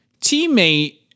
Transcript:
teammate